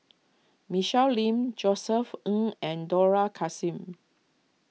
Michelle Lim Josef Ng and Dollah Kassim